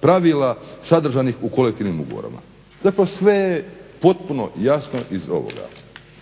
pravila sadržanih u kolektivnim ugovorima. Zapravo sve je potpuno jasno iz ovoga.